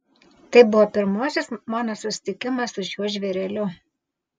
tai buvo pirmasis mano susitikimas su šiuo žvėreliu